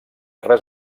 res